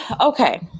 Okay